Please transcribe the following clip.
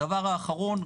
הדבר האחרון,